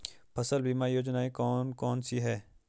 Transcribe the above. फसल बीमा योजनाएँ कौन कौनसी हैं?